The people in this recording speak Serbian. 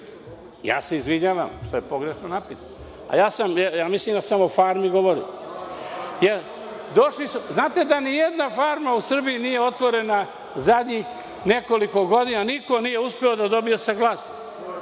farma. Izvinjavam se što je pogrešno napisano, a mislim da sam o farmi govorio. Znate da nijedna farma u Srbiji nije otvorena zadnjih nekoliko godina, niko nije uspeo da dobije saglasnost